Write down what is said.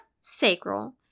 sacral